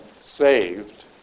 saved